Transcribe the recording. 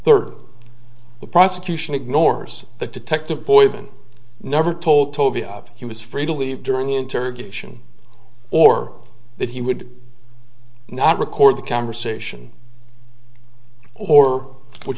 there the prosecution ignores that detective poison never told tovia he was free to leave during the interrogation or that he would not record the conversation or would